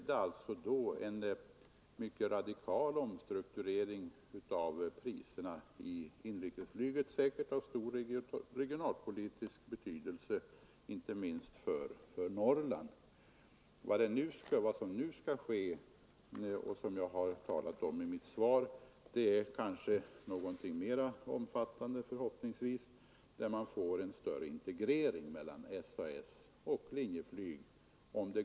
Det blev en mycket radikal omstrukturering av priserna på inrikesflyget, säkerligen av stor regionalpolitisk betydelse inte minst för Norrland. Vad som nu skall ske och som jag talade om i mitt svar är förhoppningsvis någonting mer omfattande, som enligt våra intentioner kommer att resultera i en större integrering av SAS och Linjeflyg.